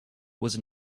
was